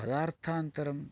पदार्थान्तरं